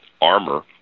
armor